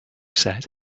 said